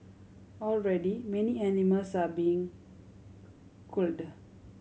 already many animals are being culled